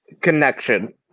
Connection